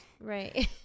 Right